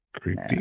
Creepy